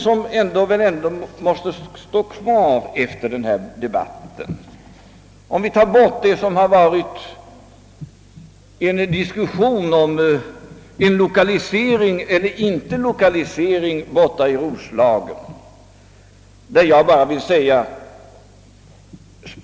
Jag har svarat på herr Lundbergs frågor i den redovisning som jag här har gjort.